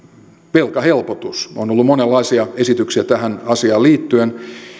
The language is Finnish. velkahelpotus on ollut monenlaisia esityksiä tähän asiaan liittyen